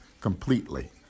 completely